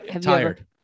tired